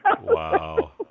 Wow